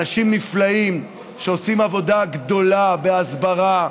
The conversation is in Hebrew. אנשים נפלאים, שעושים עבודה גדולה בהסברה,